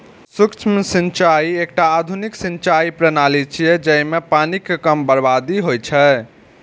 सूक्ष्म सिंचाइ एकटा आधुनिक सिंचाइ प्रणाली छियै, जइमे पानिक कम बर्बादी होइ छै